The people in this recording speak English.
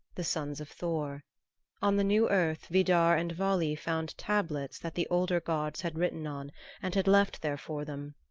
the sons of thor on the new earth vidar and vali found tablets that the older gods had written on and had left there for them,